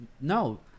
No